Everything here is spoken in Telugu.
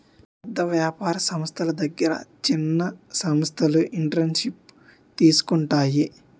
పెద్ద వ్యాపార సంస్థల దగ్గర చిన్న సంస్థలు ఎంటర్ప్రెన్యూర్షిప్ తీసుకుంటాయి